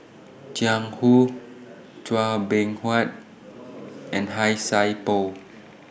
Jiang Hu Chua Beng Huat and Han Sai Por